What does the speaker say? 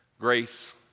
Grace